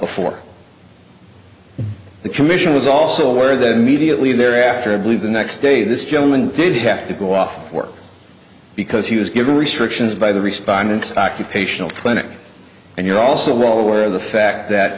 before the commission was also aware that immediately thereafter i believe the next day this gentleman did have to go off work because he was given restrictions by the respondents occupational clinic and you're also well aware of the fact that